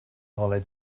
ngolau